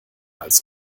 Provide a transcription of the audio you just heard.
als